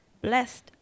Blessed